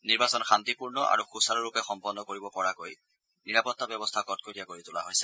নিৰ্বাচন শান্তিপূৰ্ণ আৰু সুচাৰুৰূপে সম্পন্ন কৰিব পৰাকৈ নিৰাপতা ব্যৱস্থা কটকটীয়া কৰি তোলা হৈছে